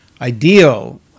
ideal